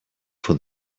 for